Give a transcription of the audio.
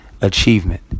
achievement